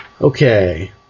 Okay